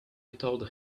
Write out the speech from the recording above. told